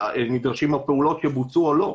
נדרשו הפעולות שבוצעו או לא,